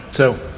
so,